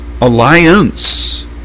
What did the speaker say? alliance